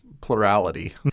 plurality